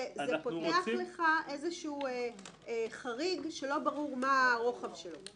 זה פותח לך איזשהו חריג שלא ברור מה הרוחב שלו.